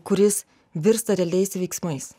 kuris virsta realiais veiksmais